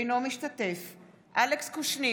אינו משתתף בהצבעה אלכס קושניר,